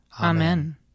Amen